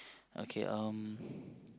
okay um